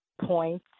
point